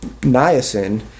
niacin